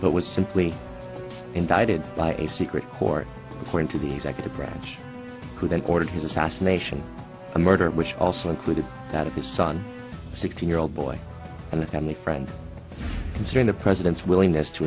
but was simply indicted by a secret court for into the executive branch who then ordered his assassination a murder which also included that of his son a sixteen year old boy and the family friend considering the president's willingness to